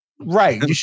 Right